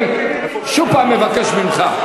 אני שוב הפעם מבקש ממך.